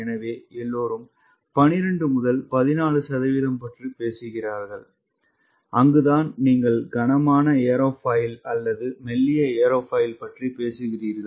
எனவே எல்லோரும் 12 முதல் 14 சதவிகிதம் பற்றி பேசுகிறார்கள் அங்குதான் நீங்கள் கனமான ஏரோஃபாயில் அல்லது மெல்லிய ஏரோஃபாயில் பற்றி பேசுகிறீர்கள்